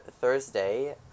Thursday